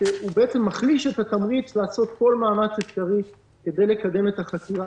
שמחליש את התמריץ לעשות כל מאמץ אפשרי כדי לקדם את החקירה.